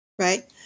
Right